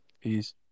Peace